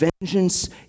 vengeance